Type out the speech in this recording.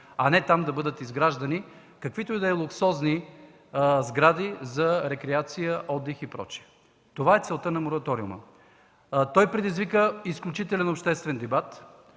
а не там да бъдат изграждани каквито и да е луксозни сгради за рекреация, отдих и прочие. Това е целта на мораториума. Той предизвика изключителен обществен дебат,